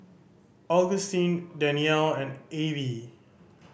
Augustin Daniele and Avie